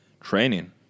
training